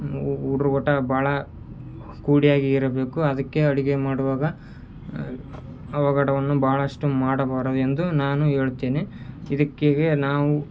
ಉ ಹುಡ್ರು ಒಟ್ಟು ಭಾಳ ಕೂಡಿಯಾಗಿ ಇರಬೇಕು ಅದಕ್ಕೆ ಅಡುಗೆ ಮಾಡುವಾಗ ಅವಘಡವನ್ನು ಭಾಳಷ್ಟು ಮಾಡಬಾರದು ಎಂದು ನಾನು ಹೇಳುತ್ತೇನೆ ಇದಕ್ಕೆ ನಾವು